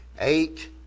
Eight